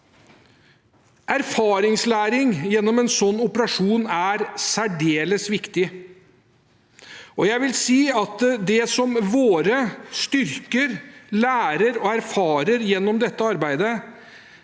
Erfaringslæring gjennom en sånn operasjon er særdeles viktig. Jeg vil si at det våre styrker lærer og erfarer gjennom dette arbeidet,